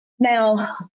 Now